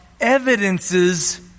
evidences